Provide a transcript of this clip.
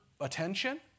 attention